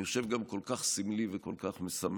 גם חושב שזה כל כך סמלי וכל כך משמח.